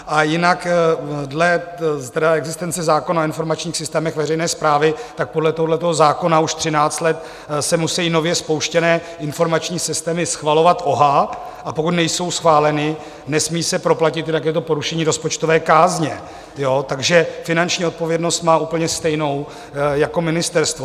A jinak dle existence zákona o informačních systémech veřejné správy, podle tohoto zákona už třináct let se musejí nově spouštěné informační systémy schvalovat OHA, a pokud nejsou schváleny, nesmí se proplatit, jinak je to porušení rozpočtové kázně, takže finanční odpovědnost má úplně stejnou jako ministerstvo.